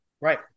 right